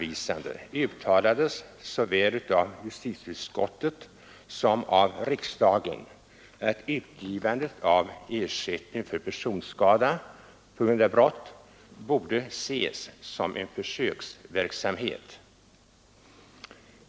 i; som av riksdagen att utgivandet av ersättning för personskada på grund av brott borde ses som en försöksverksamhet.